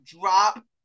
drop